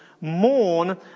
mourn